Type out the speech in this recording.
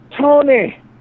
Tony